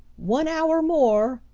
one hour more!